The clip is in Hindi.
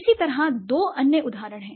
इसी तरह दो अन्य उदाहरण हैं